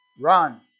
Run